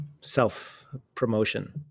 self-promotion